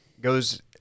goes